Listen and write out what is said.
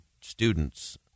students